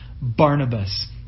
Barnabas